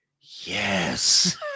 Yes